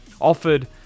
offered